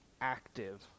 active